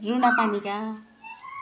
Runa Panika